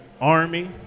Army